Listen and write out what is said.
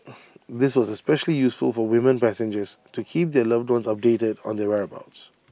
this was especially useful for women passengers to keep their loved ones updated on their whereabouts